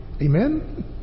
Amen